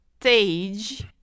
stage